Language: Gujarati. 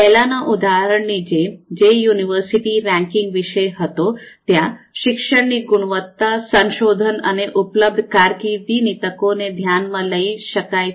પહેલાનાં ઉદાહરણ ની જેમ જે યુનિવર્સિટી રેન્કિંગ વિશે હતો ત્યાં શિક્ષણની ગુણવત્તા સંશોધન અને ઉપલબ્ધ કારકિર્દીની તકો ને ધ્યાનમાં લાયી શકાય છે